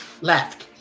left